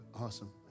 Awesome